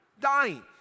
dying